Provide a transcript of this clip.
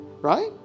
right